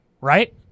right